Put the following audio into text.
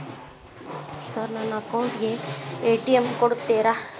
Sir ನನ್ನ account ಗೆ ATM ಕೊಡುತ್ತೇರಾ?